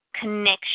connection